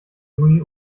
juni